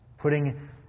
putting